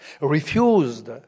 refused